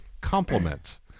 compliments